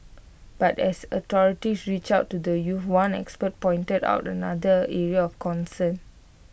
but as authorities reach out to the youths one expert pointed out another area of concern